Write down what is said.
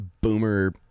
boomer